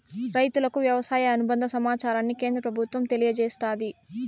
రైతులకు వ్యవసాయ అనుబంద సమాచారాన్ని కేంద్ర ప్రభుత్వం తెలియచేస్తాది